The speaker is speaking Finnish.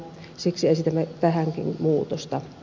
siksi esitämme tähänkin muutosta